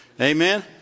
Amen